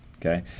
Okay